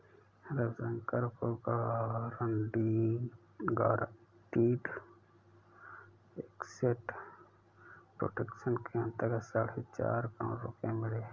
रविशंकर को guaranteed asset protection के अंतर्गत साढ़े चार करोड़ रुपये मिले